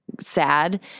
sad